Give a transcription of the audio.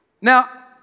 Now